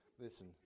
Listen